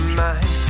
mind